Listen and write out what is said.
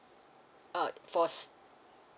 uh force